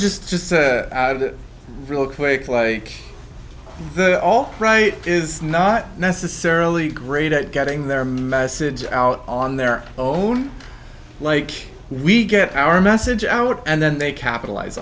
just just real quick like all right is not necessarily great at getting their message out on their own like we get our message out and then they capitalize